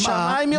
בחמאה.